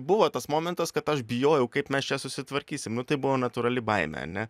buvo tas momentas kad aš bijojau kaip mes čia susitvarkysim nu tai buvo natūrali baimė ane